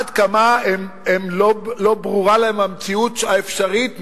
עד כמה לא ברורה להם המציאות האפשרית מאוד,